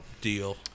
deal